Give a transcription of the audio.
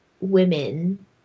women